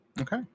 Okay